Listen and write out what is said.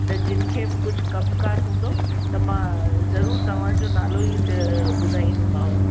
त जिनि खे बि कुझु कम कार हूंदो त मां ज़रूरु तव्हांजो नालो ई ॿुधाईंदीमांव